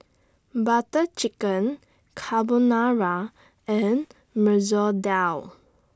Butter Chicken Carbonara and Masoor Dal